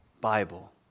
Bible